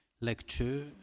lecture